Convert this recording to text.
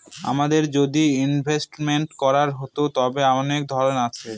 আমাদের যদি ইনভেস্টমেন্ট করার হতো, তবে অনেক ধরন আছে